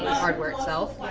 hardware itself.